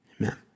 Amen